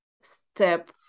step